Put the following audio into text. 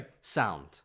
sound